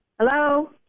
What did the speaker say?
Hello